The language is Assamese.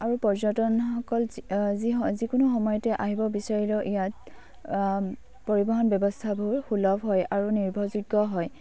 আৰু পৰ্যটনসকল যি যিকোনো সময়তে আহিব বিচাৰিলেও ইয়াত পৰিৱহণ ব্যৱস্থাবোৰ সুলভ হয় আৰু নিৰ্ভৰযোগ্য হয়